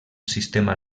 sistema